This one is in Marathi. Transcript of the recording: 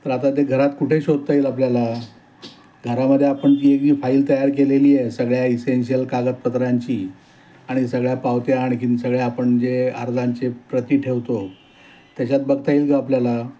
तर आता ते घरात कुठे शोधता येईल आपल्याला घरामध्ये आपण ती एक फाईल तयार केलेली आहे सगळ्या इसेन्शियल कागदपत्रांची आणि सगळ्या पावत्या आणखी सगळ्या आपण जे अर्जांचे प्रती ठेवतो त्याच्यात बघता येईल का आपल्याला